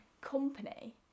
Company